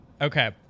Okay